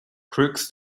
crooks